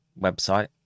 website